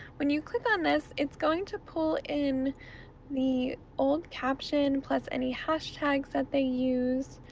when you click on this it's going to pull in the old caption plus any hashtags that they used.